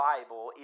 Bible